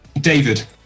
David